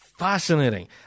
Fascinating